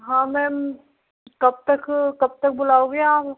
हाँ मैम कब तक कब तक बुलाओंगे आप